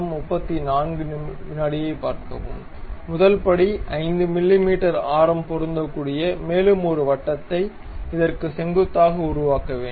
முதல் படி 5 மிமீ ஆரம் பொருந்தக்கூடிய மேலும் ஒரு வட்டத்தை இத்ற்க்கு செங்குத்தாக உருவாக்க வேண்டும்